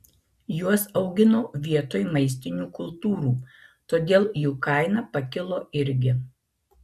juos augino vietoj maistinių kultūrų todėl jų kaina pakilo irgi